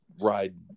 ride